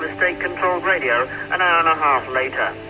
radio an hour-and-a-half later.